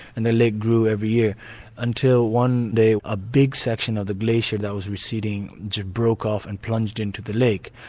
and the lake grew every year until one day a big section of the glacier that was receding just broke off and plunged into the lake.